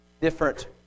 different